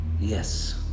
Yes